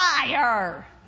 fire